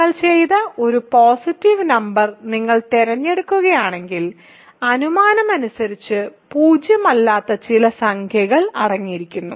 നിങ്ങൾ ചെയ്ത ഒരു പോസിറ്റീവ് നമ്പർ നിങ്ങൾ തിരഞ്ഞെടുക്കുകയാണെങ്കിൽ അനുമാനമനുസരിച്ച് പൂജ്യമല്ലാത്ത ചില സംഖ്യകൾ അടങ്ങിയിരിക്കുന്നു